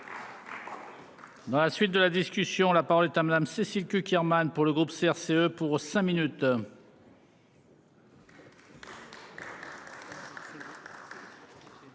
Dans la suite de la discussion, la parole est à madame Cécile Cukierman. Pour le groupe CRCE pour cinq minutes.